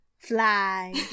Fly